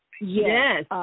Yes